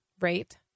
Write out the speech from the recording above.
Right